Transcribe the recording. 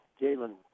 Jalen